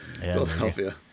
Philadelphia